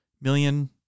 million